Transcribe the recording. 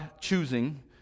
choosing